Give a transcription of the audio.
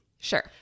Sure